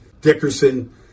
Dickerson